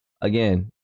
Again